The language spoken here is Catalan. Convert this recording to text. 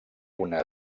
una